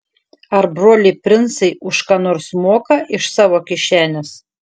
ar broliai princai už ką nors moka iš savo kišenės